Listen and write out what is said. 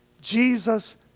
Jesus